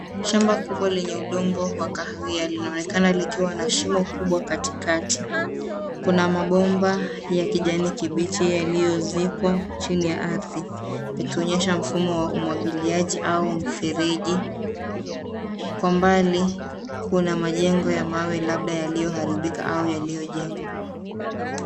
Shamba kubwa lenye udongo wa kahawia linaonekana likiwa na shimo kubwa katikati. Kuna mabomba ya kijani kibichi yaliyozikwa chini ya ardhi yakionyesha mfumo wa umwagiliaji au mfereji. Kwa mbali, kuna majengo ya mawe labda yaliyoharibika au yaliyojengwa.